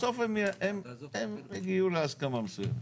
בסוף הם יגיעו להסכמה מסוימת.